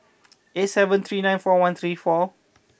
eight seven three nine four one three four